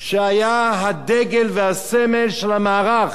שהיה הדגל והסמל של המערך,